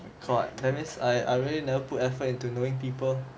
correct that means I I really never put effort into knowing people